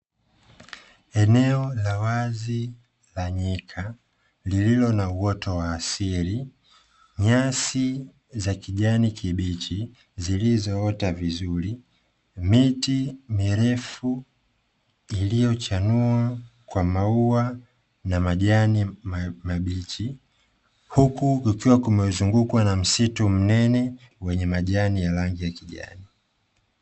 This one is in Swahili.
Eneo la wazi la nyika lililo na uoto wa asili, nyasi za kijani kibichi zilizoota vizuri. miti mirefu iliyochanua kwa maua na majani mabichi. huku kukiwa kumezungukwa na msitu mnene wenye majani ya rangi ya kijani.